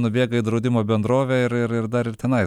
nubėga į draudimo bendrovę ir ir ir dar ir tenais